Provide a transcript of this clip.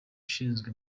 ushinzwe